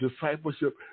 discipleship